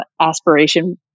aspiration